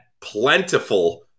plentiful